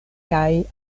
kaj